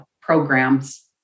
programs